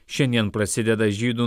šiandien prasideda žydų